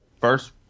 first